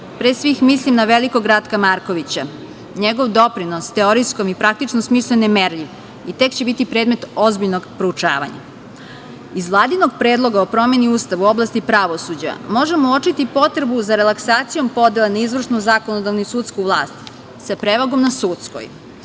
Pre svih, mislim na velikog Ratka Markovića. Njegov doprinos teorijskom i praktičnom smislu je nemerljiv i tek će biti predmet ozbiljnog proučavanja. Iz Vladinog predloga o promeni Ustava u oblasti pravosuđa možemo uočiti potrebu za relaksacijom podela na izvršnu, zakonodavnu i sudsku vlast, sa prevagom na sudskoj. Otfrid